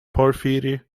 porphyry